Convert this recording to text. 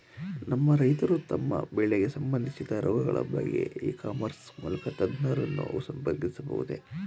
ನಮ್ಮ ರೈತರು ತಮ್ಮ ಬೆಳೆಗೆ ಸಂಬಂದಿಸಿದ ರೋಗಗಳ ಬಗೆಗೆ ಇ ಕಾಮರ್ಸ್ ಮೂಲಕ ತಜ್ಞರನ್ನು ಸಂಪರ್ಕಿಸಬಹುದೇ?